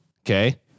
Okay